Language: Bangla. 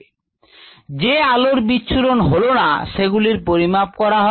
কোষগুলি মাইক্রন মাপে হয় সুতরাং এখানে বিচ্ছুরণ একটি কার্যকরী ভূমিকা নেবে